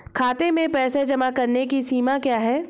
खाते में पैसे जमा करने की सीमा क्या है?